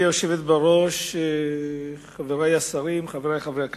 גברתי היושבת-ראש, חברי השרים, חברי חברי הכנסת,